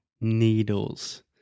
Needles